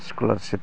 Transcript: scholarship